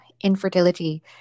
infertility